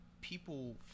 people